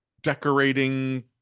Decorating